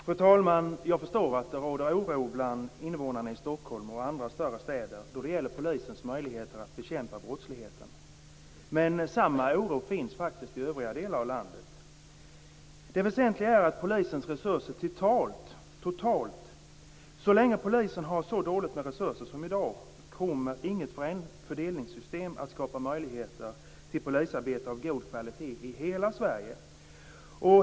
Fru talman! Jag förstår att det råder oro bland invånarna i Stockholm och andra större städer då det gäller polisens möjligheter att bekämpa brottsligheten. Men samma oro finns faktiskt i övriga delar av landet. Det väsentliga är polisens resurser totalt. Så länge polisen har så dåligt med resurser som i dag kommer inget fördelningssystem att skapa möjligheter till polisarbete av god kvalitet i hela Sverige.